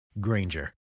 Granger